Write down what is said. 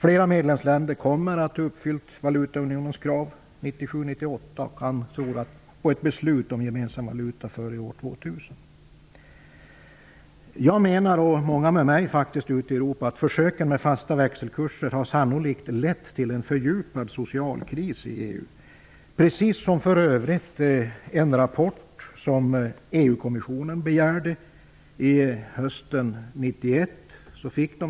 Flera medlemsländer kommer att ha uppfyllt valutaunionens krav 1997--98 och han tror på ett beslut om en gemensam valuta före år 2000. Jag och många med mig ute i Europa menar att försöken med fasta växelkurser sannolikt har lett till en fördjupad socialkris i EU. EU-kommissionen begärde för övrigt en rapport hösten 1991.